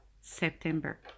September